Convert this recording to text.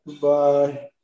Goodbye